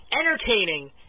entertaining